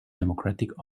democratic